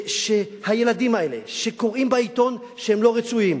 הילדים האלה שקוראים בעיתון שהם לא רצויים.